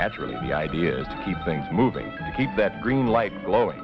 naturally the ideas keep things moving to keep that green light glowing